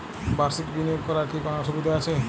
বাষির্ক বিনিয়োগ করার কি কোনো সুবিধা আছে?